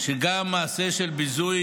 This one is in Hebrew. שגם מעשה של ביזוי,